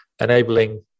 enabling